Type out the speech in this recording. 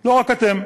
לא רק אתם.